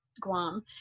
Guam